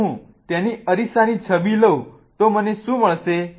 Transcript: જો હું તેની અરીસાની છબી લઉં તો મને શું મળશે